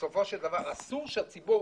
אסור שהציבור